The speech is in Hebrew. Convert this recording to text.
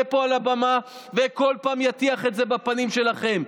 פה על הבמה וכל פעם אטיח את זה בפנים שלכם.